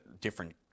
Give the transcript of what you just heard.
different